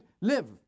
live